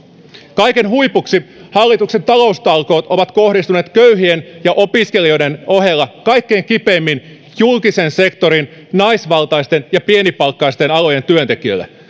kaiken huipuksi hallituksen taloustalkoot ovat kohdistuneet köyhien ja opiskelijoiden ohella kaikkein kipeimmin julkisen sektorin naisvaltaisten ja pienipalkkaisten alojen työntekijöihin